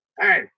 hey